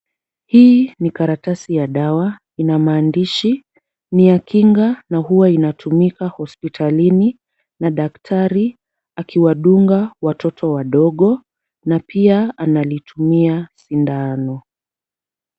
Hii ni karatasi ya dawa ina maandishi. Ni ya kinga na huwa inatumika hospitalini na daktari akiwadunga watoto wadogo na pia analitumia sindano.